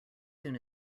soon